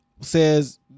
says